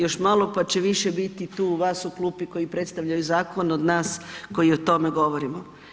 Još malo pa će više biti tu vas u klupi koji predstavljaju zakon od nas koji o tome govorimo.